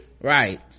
Right